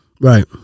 Right